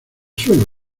suelo